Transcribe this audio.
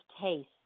taste